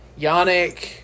Yannick